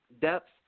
depth